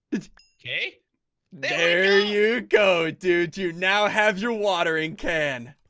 okay there you go, dude. you now have your watering can?